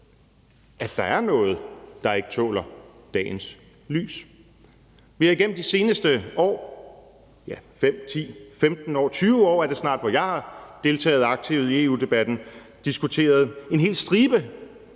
at der er noget, der ikke tåler dagens lys. Vi har igennem de seneste år – 5, 10, 15 år, ja, 20 år er det snart, at jeg har deltaget aktivt i EU-debatten – diskuteret en hel stribe